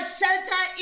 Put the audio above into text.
shelter